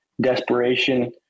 desperation